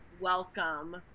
welcome